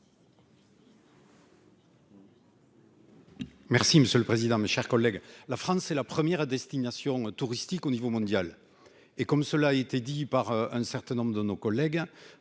Merci monsieur le président, mes chers collègues, la France, c'est la première destination touristique au niveau mondial et comme cela a été dit par un certain nombre de nos collègues,